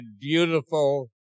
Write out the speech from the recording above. beautiful